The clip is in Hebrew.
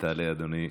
תעלה, אדוני.